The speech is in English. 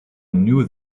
knew